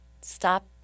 stop